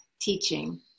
teaching